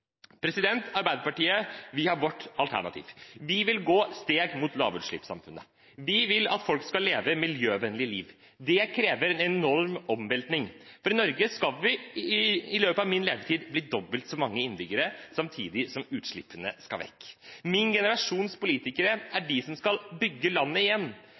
har vårt alternativ. Vi vil gå steg mot lavutslippssamfunnet. Vi vil at folk skal leve miljøvennlige liv. Det krever en enorm omveltning, for i Norge skal vi i løpet av min levetid bli dobbelt så mange innbyggere, samtidig som utslippene skal vekk. Min generasjons politikere er de som skal bygge landet igjen.